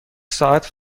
ساعت